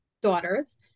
daughters